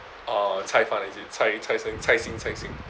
uh cai fan is it cai cing cai cing